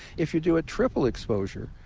if you do a triple exposure,